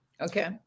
Okay